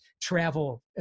travel